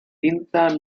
winter